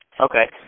Okay